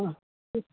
ആ